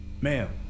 Ma'am